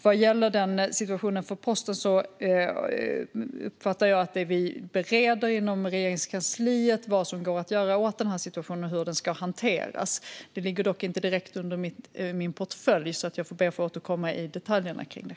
Vad gäller posten uppfattar jag att vi bereder inom Regeringskansliet vad som går att göra åt den här situationen och hur den ska hanteras. Det ligger dock inte direkt under min portfölj, så jag får be att få återkomma rörande detaljerna kring det.